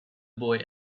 boy